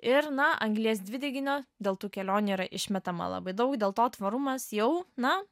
ir na anglies dvideginio dėl tų kelionių yra išmetama labai daug dėl to tvarumas jau na